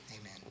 Amen